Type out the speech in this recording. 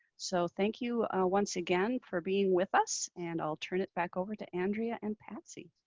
so thank you once again for being with us and i'll turn it back over to andrea and patsy.